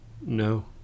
no